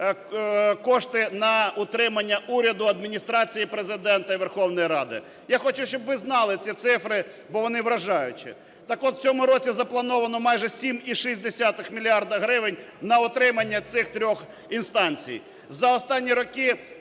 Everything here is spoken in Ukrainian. кошти на утримання уряду, Адміністрації Президента і Верховної Ради. Я хочу, щоб ви знали ці цифри, бо вони вражаючі. Так от, в цьому році заплановано майже 7,6 мільярда гривень на утримання цих трьох інстанцій. За останні роки